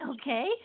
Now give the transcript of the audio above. Okay